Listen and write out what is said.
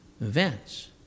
events